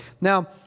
Now